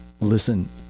listen